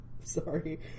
sorry